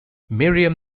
miriam